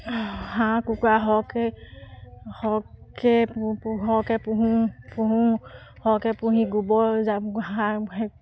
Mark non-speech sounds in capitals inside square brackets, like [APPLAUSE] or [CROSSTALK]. হাঁহ কুকুৰা হওক সৰহকৈ সৰহকৈ পুহোঁ পুহোঁ সৰহকৈ পুহি গোবৰ জাবৰ [UNINTELLIGIBLE]